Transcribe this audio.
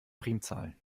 primzahlen